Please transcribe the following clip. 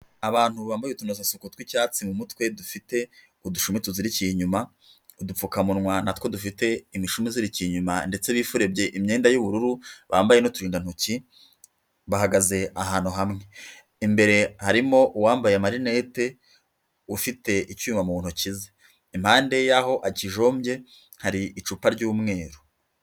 Abantu bambaye utunozasuku tw'icyatsi mu mutwe dufite udushumi tuzirikiye inyuma, udupfukamunwa na two dufite imishumi izirikiye inyuma ndetse bifurebye imyenda y'ubururu bambaye n'uturindantoki, bahagaze ahantu hamwe, imbere harimo uwambaye amarinete, ufite icyuma mu ntoki ze, impande y'aho akijombye hari icupa ry'umweru.